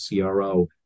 CRO